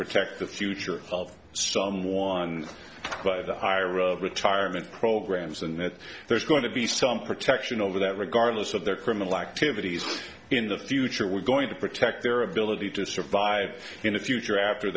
protect the future of some one of the higher retirement programs and that there's going to be some protection over that regardless of their criminal activities in the future we're going to protect their ability to survive in the future after